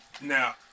Now